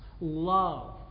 love